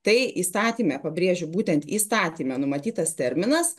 tai įstatyme pabrėžiu būtent įstatyme numatytas terminas